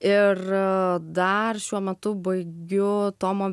ir dar šiuo metu baigiu tomo